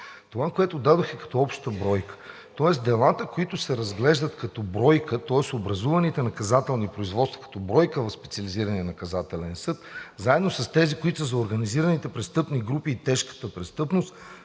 Това, което дадох, е като обща бройка, тоест делата, които се разглеждат като бройка, тоест образуваните наказателни производства като бройка в Специализирания наказателен съд, заедно с тези, които са за организираните престъпни групи и тежката престъпност,